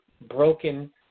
broken